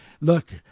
look